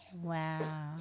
Wow